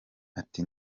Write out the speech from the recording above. ati